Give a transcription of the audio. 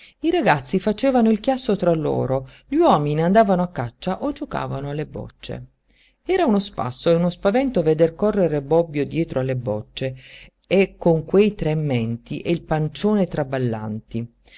i ragazzi facevano il chiasso tra loro gli uomini andavano a caccia o giocavano alle bocce era uno spasso e uno spavento veder correre bobbio dietro alle bocce con quei tre menti e il pancione traballanti